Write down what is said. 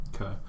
Okay